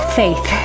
faith